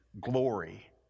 glory